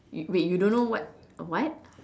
wait you don't know what what